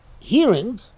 hearing